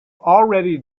already